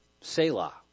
Selah